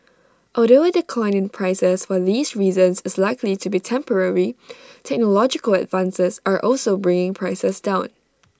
although A decline in prices for these reasons is likely to be temporary technological advances are also bringing prices down